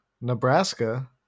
Nebraska